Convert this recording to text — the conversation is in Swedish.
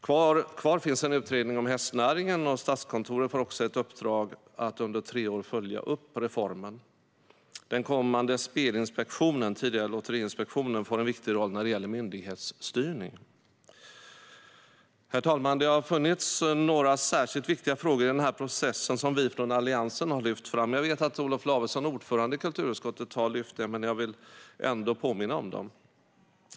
Kvar finns en utredning om hästnäringen. Statskontoret får också ett uppdrag att under tre år följa upp reformen. Den kommande Spelinspektionen, tidigare Lotteriinspektionen, får en viktig roll när det gäller myndighetsstyrning. Herr talman! Det har funnits några särskilt viktiga frågor i denna process som vi från Alliansen har lyft fram. Jag vet att Olof Lavesson, ordförande i kulturutskottet, har lyft detta, men jag vill ändå påminna om dem.